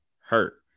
hurt